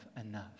enough